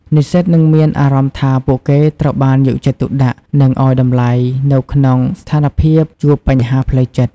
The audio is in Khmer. និស្សិតនឹងមានអារម្មណ៍ថាពួកគេត្រូវបានយកចិត្តទុកដាក់និងឱ្យតម្លៃនៅក្នុងស្ថានភាពជួបបញ្ហាផ្លូវចិត្ត។